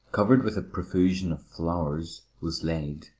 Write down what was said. covered with a profusion of flowers, was laid,